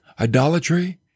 idolatry